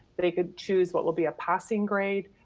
they could choose what will be a passing grade.